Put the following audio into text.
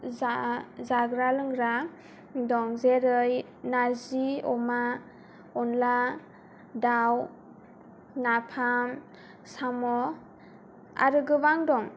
जाग्रा लोंग्रा दं जेरै नारजि अमा अनद्ला दाउ नाफाम साम' आरो गोबां दं